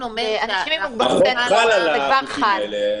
על אנשים עם מוגבלות זה כבר חל.